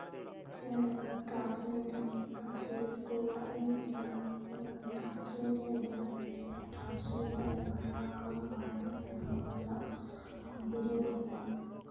ᱡᱟᱦᱟᱸ ᱞᱮᱠᱟ ᱴᱨᱟᱱᱥᱞᱮᱴ ᱟᱢ ᱴᱨᱟᱱᱥᱞᱮᱴ ᱠᱚᱨᱮᱱᱟᱜ ᱮᱯ ᱢᱮᱱᱟᱜᱼᱟ ᱛᱳ ᱚᱱᱟ ᱴᱨᱟᱱᱥᱞᱮᱴ ᱮᱯ ᱰᱟᱣᱩᱱᱞᱳᱰ ᱠᱟᱛᱮ ᱴᱨᱟᱱᱥᱞᱮᱴ ᱫᱟᱲᱮᱭᱟᱜ ᱟᱢ ᱦᱟᱱᱟ ᱵᱷᱟᱥᱟ ᱠᱚᱨᱮᱱᱟᱜ ᱱᱚᱣᱟ ᱵᱷᱟᱥᱟ ᱵᱩᱡᱷᱟᱹᱣ ᱫᱟᱲᱮᱭᱟᱜᱼᱟ